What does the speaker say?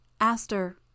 Aster